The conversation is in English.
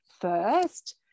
first